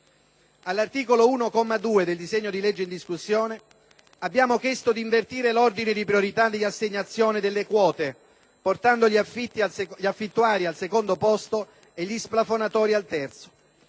All'articolo 1, comma 2, del disegno di legge in discussione, abbiamo chiesto di invertire l'ordine di priorità di assegnazione delle quote, portando gli affittuari al secondo posto e gli splafonatori al terzo.